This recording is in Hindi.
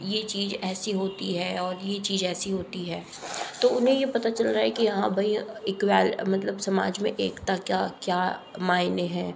ये चीज ऐसी होती है और ये चीज ऐसी होती है तो उन्हें यह पता चल रहा है कि हाँ भई इक्वल मतलब समाज में एकता के क्या क्या माइने है